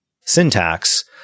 syntax